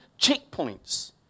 checkpoints